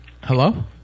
Hello